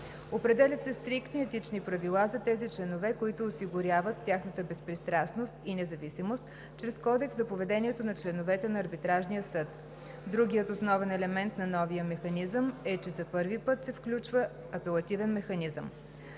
Определят се стриктни етични правила за тези членове, които осигуряват тяхната безпристрастност и независимост, чрез Кодекс за поведението на членовете на Арбитражния съд. Другият основен елемент на новия механизъм е, че за първи път се включва апелативен механизъм.